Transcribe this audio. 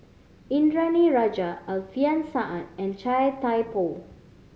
Indranee Rajah Alfian Sa'at and Chia Thye Poh